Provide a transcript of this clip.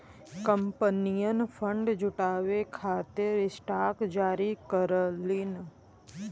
कंपनियन फंड जुटावे खातिर स्टॉक जारी करलीन